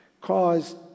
caused